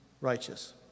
righteous